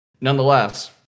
Nonetheless